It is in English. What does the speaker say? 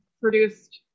produced